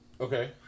Okay